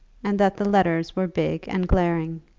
and that the letters were big and glaring.